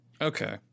Okay